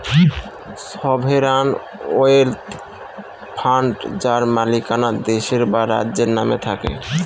sovereign wealth fund যার মালিকানা দেশের বা রাজ্যের নামে থাকে